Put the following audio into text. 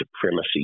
supremacy